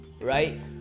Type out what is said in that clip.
Right